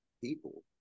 people